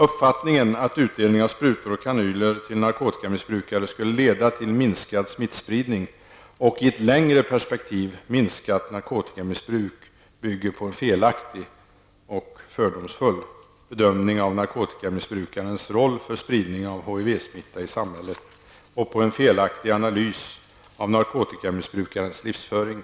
Uppfattningen att utdelning av sprutor och kanyler till narkotikamissbrukare skulle leda till en minskad smittspridning och i ett längre perspektiv även till ett minskat narkotikamissbruk bygger på en felaktig -- och fördomsfull -- bedömning av narkotikamissbrukarens roll avseende spridning av HIV-smitta i samhället och på en felaktig analys av narkotikamissbrukarens livsföring.